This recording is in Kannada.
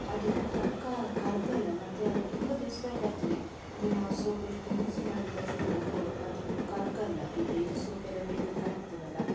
ಅದು ಫಕ್ಕ ಕರಗಲ್ಲ ಮತ್ತು ಅದು ತುಂಬ ದಿವಸ ಬರ್ತದೆ ಅಂದರೆ ನಾವು ಸೋಪ್ ಎಷ್ಟು ಯೂಸ್ ಮಾಡಿದಷ್ಟು ಅದು ಕರಗಲ್ಲ ಈ ಬೇರೆ ಸೋಪೆಲ್ಲ ಬೇಗ ಕರಗ್ತದಲ್ಲ